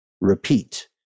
Repeat